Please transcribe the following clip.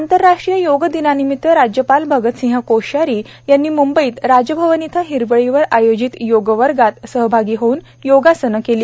आंतरराष्ट्रीय योग दिनानिमित्त राज्यपाल भगतसिंह कोश्यारी यांनी मुंबईत राजभवन इथं हिरवळीवर आयोजित योगवर्गात सहभागी होऊन योगासनं केली